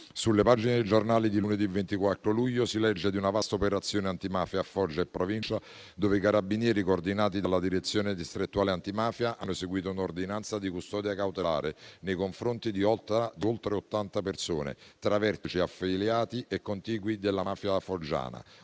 Sulle pagine dei giornali di lunedì 24 luglio si legge di una vasta operazione antimafia a Foggia e provincia, dove i Carabinieri, coordinati dalla direzione distrettuale antimafia, hanno eseguito un'ordinanza di custodia cautelare nei confronti di oltre 80 persone tra vertici affiliati e contigui della mafia foggiana,